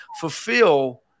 fulfill